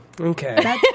Okay